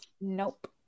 Nope